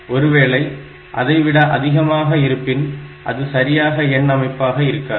ஒருவேளை அதை விட அதிகமாக இருப்பின் அது ஒரு சரியான எண் அமைப்பாக இருக்காது